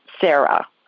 Sarah